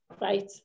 Right